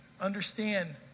understand